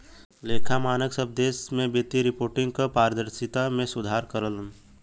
लेखा मानक सब देश में वित्तीय रिपोर्टिंग क पारदर्शिता में सुधार करलन